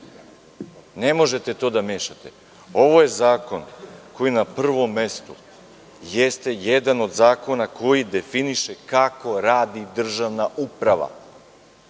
Ne možete to da mešate. Ovo je zakon koji na prvom mestu jeste jedan od zakona koji definiše kako radi državna uprava.